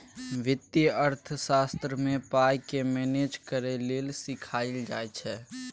बित्तीय अर्थशास्त्र मे पाइ केँ मेनेज करय लेल सीखाएल जाइ छै